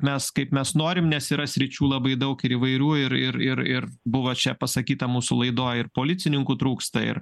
mes kaip mes norim nes yra sričių labai daug ir įvairių ir ir ir ir buvo čia pasakyta mūsų laidoj ir policininkų trūksta ir